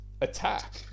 Attack